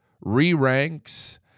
re-ranks